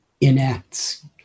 enacts